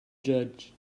judge